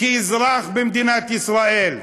כאזרח במדינת ישראל.